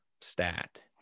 stat